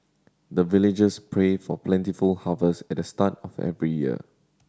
the villagers pray for plentiful harvest at the start of every year